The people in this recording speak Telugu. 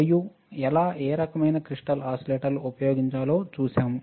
మరియు ఎలా ఏ రకమైన క్రిస్టల్ ఓసిలేటర్లు ఉపయోగించాలో చూశాము